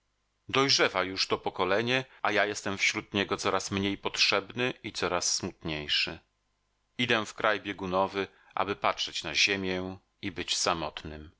dojrzewa już to pokolenie a ja jestem wśród niego coraz mniej potrzebny i coraz smutniejszy idę w kraj biegunowy aby patrzeć na ziemię i być samotnym